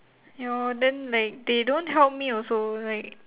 you know then like they don't help me also like